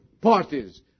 parties